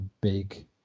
big